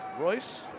Royce